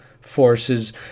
forces